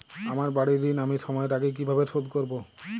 আমার বাড়ীর ঋণ আমি সময়ের আগেই কিভাবে শোধ করবো?